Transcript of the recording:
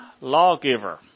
lawgiver